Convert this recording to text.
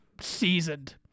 seasoned